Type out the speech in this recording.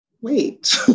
wait